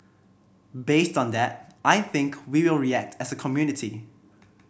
based on that I think we will react as a community